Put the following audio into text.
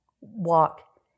walk